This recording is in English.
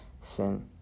sin